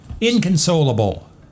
inconsolable